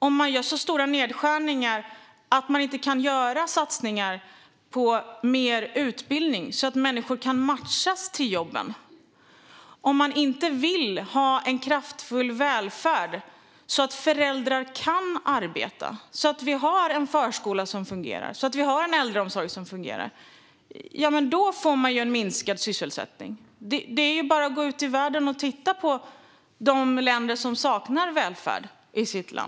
Om man gör så stora nedskärningar att man inte kan göra satsningar på mer utbildning, så att människor kan matchas till jobben, och om man inte vill ha en kraftfull välfärd, så att föräldrar kan arbeta och så att vi har förskola och äldreomsorg som fungerar, då får man en minskad sysselsättning. Det är bara att gå ut i världen och titta på de länder som saknar välfärd.